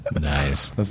Nice